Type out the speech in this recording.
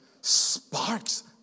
sparks